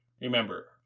Remember